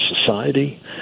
society